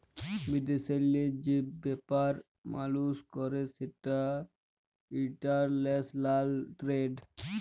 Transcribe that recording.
বিদেশেল্লে যে ব্যাপার মালুস ক্যরে সেটা ইলটারল্যাশলাল টেরেড